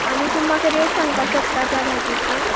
आनी तुमी म्हाका रेट सांगपाक शकता त्या भाज्जेची